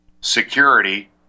security